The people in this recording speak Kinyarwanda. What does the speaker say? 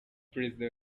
perezida